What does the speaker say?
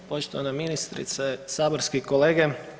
Poštovana ministrice, saborski kolege.